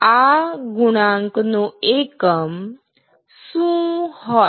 આ ગુણાંક નો એકમ શું હોય